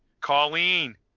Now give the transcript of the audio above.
colleen